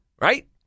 right